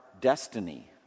destiny